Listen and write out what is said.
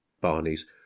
Barney's